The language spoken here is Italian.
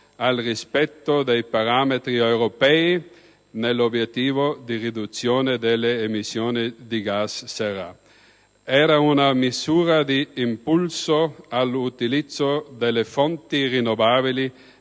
al rispetto dei parametri europei nell'obiettivo di riduzione delle emissioni di gas serra. Era una misura di impulso all'utilizzo delle fonti rinnovabili